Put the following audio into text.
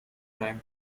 crime